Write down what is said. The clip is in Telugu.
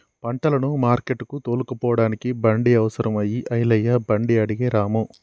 పంటను మార్కెట్టుకు తోలుకుపోడానికి బండి అవసరం అయి ఐలయ్య బండి అడిగే రాము